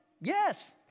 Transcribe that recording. Yes